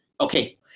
Okay